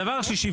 הדבר השלישי,